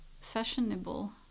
fashionable